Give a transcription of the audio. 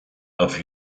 auf